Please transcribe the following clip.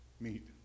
meet